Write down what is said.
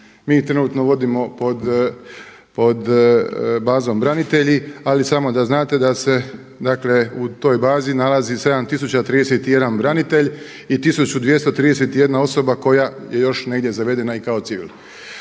ju trenutno vodimo pod bazom branitelji. Ali samo da znate da se dakle u toj bazi nalazi 7031 branitelj i 1231 osoba koja je još negdje zavedena i kao civil.